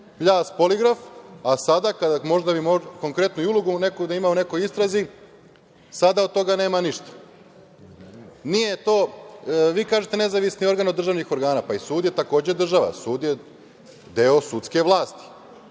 pljas poligraf, a sada kada bi možda imao i konkretnu ulogu u nekoj istrazi sada od toga nema ništa. Vi kažete – nezavisni organ od državnih organa. Pa i sud je takođe država. Sud je deo sudske vlasti.